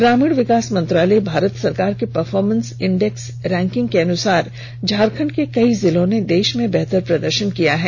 ग्रामीण विकास मंत्रालय भारत सरकार के परफॉरमेंस इंडेक्स रैंकिंग के अनुसार झारखंड के कई जिलों ने देश में बेहतर प्रदर्शन किया है